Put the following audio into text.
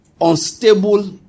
unstable